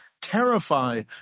terrify